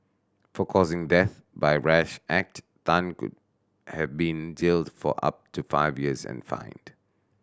for causing death by a rash act Tan could have been jailed for up to five years and fined